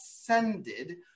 ascended